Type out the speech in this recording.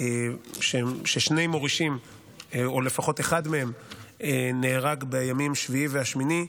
ששני מורישים או לפחות אחד מהם נהרג בימים 7 ו-8,